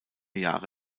jahre